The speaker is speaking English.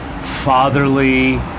fatherly